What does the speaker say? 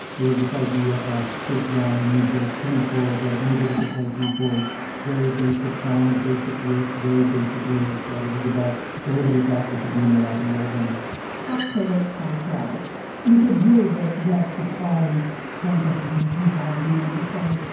it was this idea of stripped down music three chords right anybody could play three chords very basic songs basic riffs very basic lyrics right. it was about everybody thought they could be in a rock n and roll band pop critic john paralysis you could hear that that guitar was cranked up a little too loudly amplified.